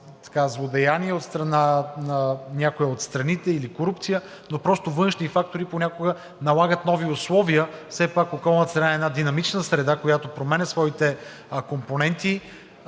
от страните или на корупция, но просто външни фактори понякога налагат нови условия. Все пак околната среда е една динамична среда, която променя своите компоненти.